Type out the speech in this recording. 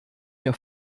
mir